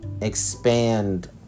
expand